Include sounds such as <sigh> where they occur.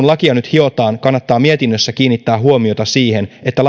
<unintelligible> lakia nyt hiotaan kannattaa mietinnössä kiinnittää huomiota siihen että <unintelligible>